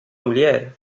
mulher